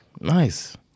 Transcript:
Nice